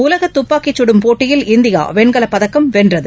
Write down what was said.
உலக துப்பாக்கி சுடும் போட்டியில் இந்தியா வெண்கலப்பதக்கம் வென்றது